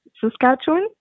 Saskatchewan